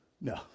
No